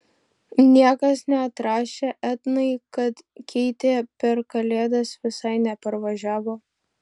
niekas neatrašė etnai kad keitė per kalėdas visai neparvažiavo